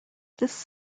this